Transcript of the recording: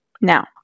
Now